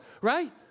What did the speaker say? right